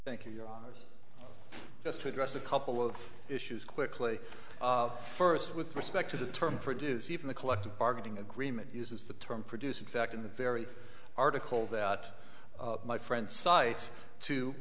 thank you your just to address a couple of issues quickly first with respect to the term produce even the collective bargaining agreement uses the term produce in fact in the very article that my friend cites to